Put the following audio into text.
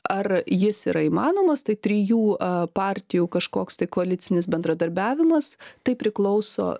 ar jis yra įmanomas tai trijų partijų kažkoks tai koalicinis bendradarbiavimas tai priklauso